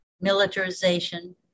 militarization